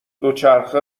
دوچرخه